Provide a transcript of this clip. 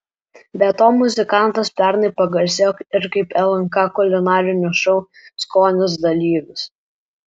be to muzikantas pernai pagarsėjo ir kaip lnk kulinarinio šou skonis dalyvis